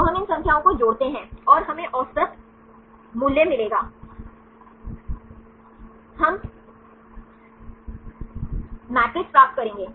तो हम इन संख्याओं को जोड़ते हैं और हमें औसत मूल्य मिलेगा हम मैट्रिक्स प्राप्त करेंगे